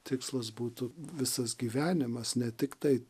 tikslas būtų visas gyvenimas ne tiktai